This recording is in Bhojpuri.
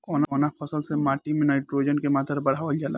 कवना फसल से माटी में नाइट्रोजन के मात्रा बढ़ावल जाला?